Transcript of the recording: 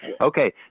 Okay